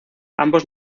ambos